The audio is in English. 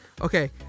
Okay